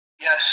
Yes